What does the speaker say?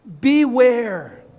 beware